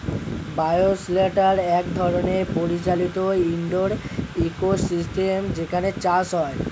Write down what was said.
bio shelter এক ধরনের পরিচালিত ইন্ডোর ইকোসিস্টেম যেখানে চাষ হয়